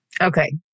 Okay